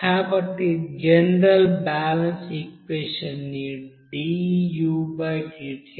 కాబట్టి general balance equation ని అని వ్రాయవచ్చు